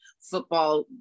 football